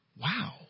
Wow